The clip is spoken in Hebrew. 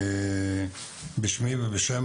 בשמי ובשם